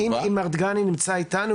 אם מר דמתי נמצא איתנו.